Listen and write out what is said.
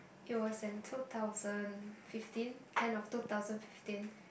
it was in two thousand fifteen end of two thousand fifteen